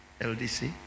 LDC